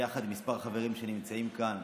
יחד עם כמה חברים שנמצאים כאן,